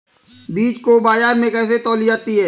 बीज को बाजार में कैसे तौली जाती है?